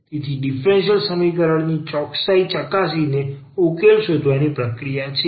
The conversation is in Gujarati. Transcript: તેથી ડીફરન્સીયલ સમીકરણ ની ચોકસાઈ ચકાસીને ઉકેલ શોધવાની પ્રક્રિયા છે